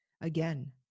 Again